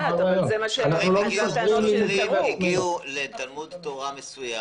שוטרים הגיעו לתלמוד תורה מסוים.